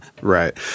Right